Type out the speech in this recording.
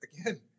again